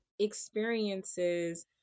Experiences